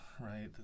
right